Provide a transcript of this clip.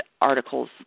articles